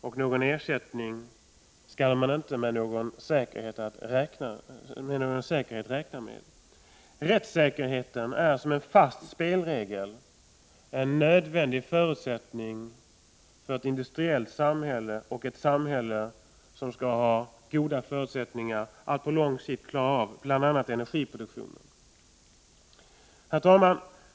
Och någon ersättning skall man inte med någon säkerhet räkna med. Rättssäkerheten är som en fast spelregel — en nödvändig förutsättning för ett industriellt samhälle, och för ett samhälle som skall kunna ha goda förutsättningar att på lång sikt klara av bl.a. energiproduktionen. Herr talman!